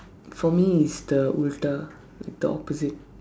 for me it's the உள்டா:uldaa the opposite